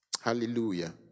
Hallelujah